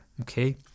okay